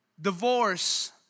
Divorce